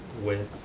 with.